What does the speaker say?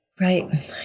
Right